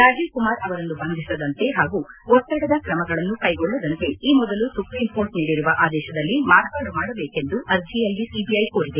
ರಾಜೀವ್ ಕುಮಾರ್ ಅವರನ್ನು ಬಂಧಿಸದಂತೆ ಹಾಗೂ ಒತ್ತಡದ ಕ್ರಮಗಳನ್ನು ಕೈಗೊಳ್ಳದಂತೆ ಈ ಮೊದಲು ಸುಪ್ರೀಂಕೋರ್ಟ್ ನೀಡಿರುವ ಆದೇಶದಲ್ಲಿ ಮಾರ್ಪಾಡು ಮಾಡಬೇಕೆಂದು ಅರ್ಜಿಯಲ್ಲಿ ಸಿಬಿಐ ಕೋರಿದೆ